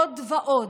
עוד ועוד,